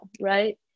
right